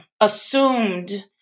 assumed